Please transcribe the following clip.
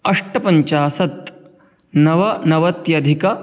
अष्टपञ्चाशत् नवनवत्यधिक